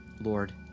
Lord